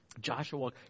joshua